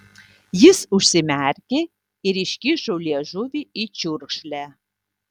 jis užsimerkė ir iškišo liežuvį į čiurkšlę